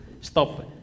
stop